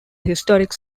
historic